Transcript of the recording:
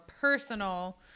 personal